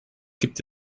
gibt